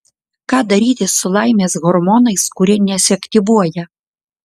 ką daryti su laimės hormonais kurie nesiaktyvuoja